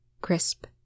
Crisp